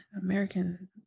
American